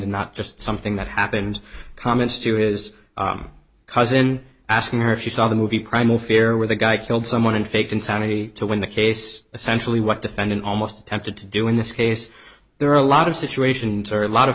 and not just something that happened comments to his cousin asking her if she saw the movie primal fear with a guy killed someone faked insanity to win the case essentially what defendant almost attempted to do in this case there are a lot of situations or a lot of